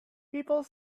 people